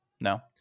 no